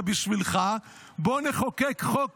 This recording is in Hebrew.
זה בשבילך: בואו נחקק חוק